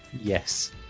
Yes